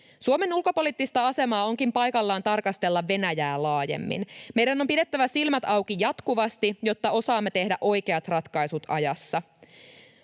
Suomen ulkopoliittista asemaa onkin paikallaan tarkastella Venäjää laajemmin. Meidän on pidettävä silmät auki jatkuvasti, jotta osaamme tehdä oikeat ratkaisut ajassa.